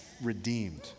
redeemed